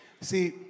See